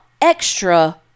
extra